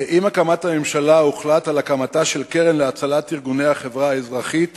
עם הקמת הממשלה הוחלט על הקמתה של קרן להצלת ארגוני החברה האזרחית